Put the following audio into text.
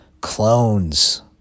clones